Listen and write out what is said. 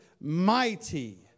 mighty